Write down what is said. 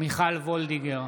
מרים וולדיגר,